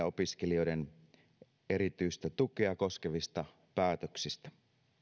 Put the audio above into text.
opiskelijoiden erityistä tukea koskevista päätöksistä